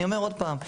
אני אומר עוד פעם,